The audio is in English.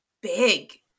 big